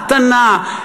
קטנה,